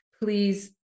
Please